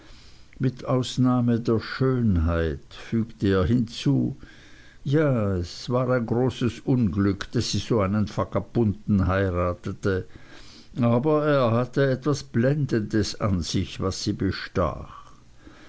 mit ausnahme der schönheit fügt er hinzu ja es war ein großes unglück daß sie so einen vagabunden heiratete aber er hatte etwas blendendes an sich was sie bestach